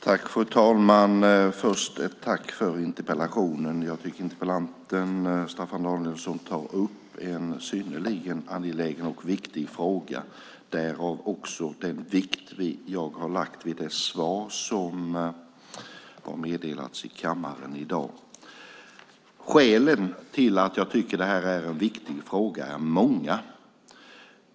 Fru talman! Först ett tack för interpellationen. Jag tycker att Staffan Danielsson tar upp en synnerligen angelägen och viktig fråga. Därför har jag lagt stor vikt vid det svar som har meddelats i kammaren i dag. Skälen till att jag tycker att det här är en viktig fråga är många.